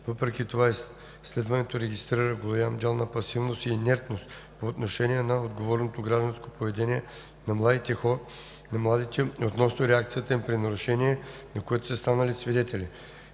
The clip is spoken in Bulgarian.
Въпреки това изследването регистрира голям дял на пасивност и инертност по отношение на отговорното гражданско поведение на младите относно реакцията им при нарушение, на което са станали свидетели.